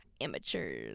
Amateurs